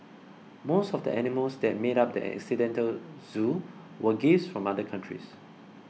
most of the animals that made up the accidental zoo were gifts from other countries